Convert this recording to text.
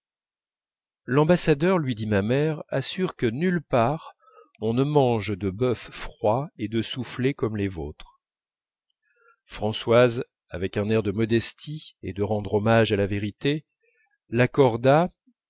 l'ambassadeur lui dit ma mère assure que nulle part on ne mange de bœuf froid et de soufflés comme les vôtres françoise avec un air de modestie et de rendre hommage à la vérité l'accorda